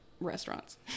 restaurants